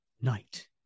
night